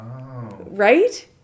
Right